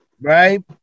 Right